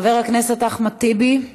חבר הכנסת אחמד טיבי,